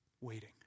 waiting